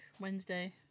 Wednesday